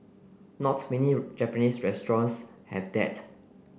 not many Japanese restaurants have that